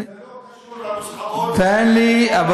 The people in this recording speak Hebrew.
זה לא קשור לנוסחאות, תן לי.